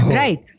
right